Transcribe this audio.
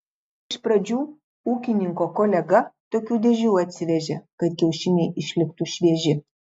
iš pradžių ūkininko kolega tokių dėžių atsivežė kad kiaušiniai išliktų švieži